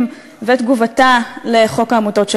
אדוני היושב-ראש,